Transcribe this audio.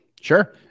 Sure